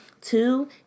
Two